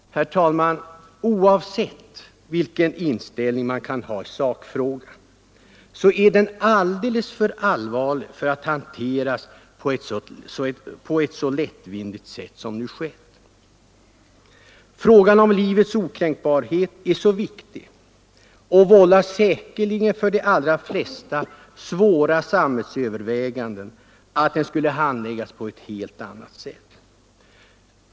Herr talman! Oavsett vilken inställning man kan ha i sakfrågan är den alldeles för allvarlig för att hanteras på ett så lättvindigt sätt som nu sker. Frågan om livets okränkbarhet är så viktig och vållar säkerligen för de allra flesta så svåra samvetsöverväganden att den borde handläggas på ett helt annat sätt.